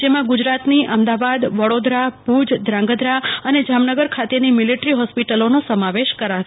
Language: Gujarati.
જેમ ં ગુજર તની અમદ વ દવડોદર ભુજધંંગધ્ર અને જામનગર ખ તેની મિલીટરી હોસ્પિટલો નો સમ વેશ કરશે